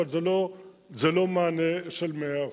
אבל זה לא מענה של מאה אחוז.